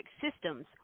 systems